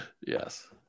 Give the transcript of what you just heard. Yes